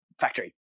factory